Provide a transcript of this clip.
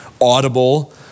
audible